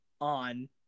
on